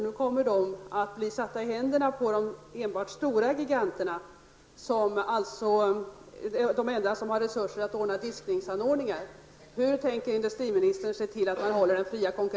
Nu kommer dessa att råka i händerna på giganterna, som är de enda som har resurser att ombesörja diskningsanordningar.